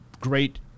great